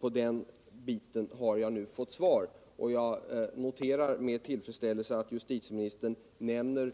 På den biten har jag nu fått ett svar, och jag noterar med tillfredsställelse att justitieministern nämner